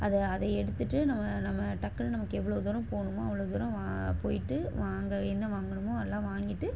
அது அதை எடுத்துகிட்டு நம்ம நம்ம டக்குன்னு நமக்கு எவ்வளோ தூரம் போகணுமோ அவ்வளோ தூரம் வா போய்விட்டு வா அங்கே என்ன வாங்கணுமோ அதெல்லாம் வாங்கிட்டு